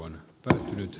kannatan ed